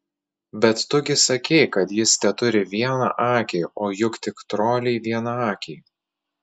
bet tu gi sakei kad jis teturi vieną akį o juk tik troliai vienakiai